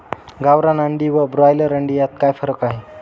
गावरान अंडी व ब्रॉयलर अंडी यात काय फरक आहे?